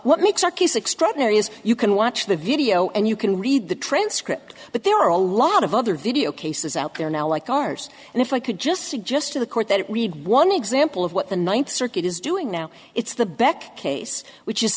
what makes a case extraordinary is you can watch the video and you can read the transcript but there are a lot of other video cases out there now like ours and if i could just suggest to the court that it read one example of what the ninth circuit is doing now it's the beck case which is